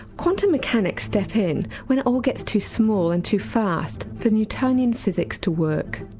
quantum mechanics step in when it all gets too small and too fast for newtonian physics to work.